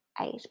eight